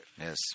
Yes